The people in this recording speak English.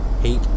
Hate